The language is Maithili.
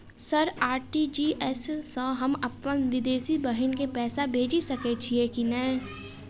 सर आर.टी.जी.एस सँ हम अप्पन विदेशी बहिन केँ पैसा भेजि सकै छियै की नै?